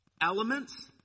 elements